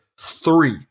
three